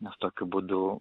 nes tokiu būdu